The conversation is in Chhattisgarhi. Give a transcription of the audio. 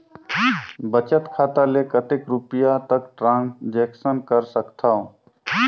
बचत खाता ले कतेक रुपिया तक ट्रांजेक्शन कर सकथव?